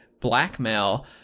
blackmail